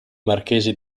marchese